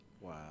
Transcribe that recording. Wow